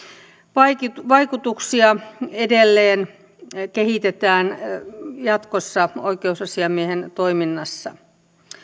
vaikutuksia vaikutuksia edelleen kehitetään jatkossa oikeusasiamiehen toiminnassa